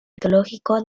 arqueológico